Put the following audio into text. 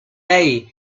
lei